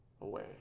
away